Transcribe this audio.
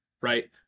right